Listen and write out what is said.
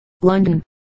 London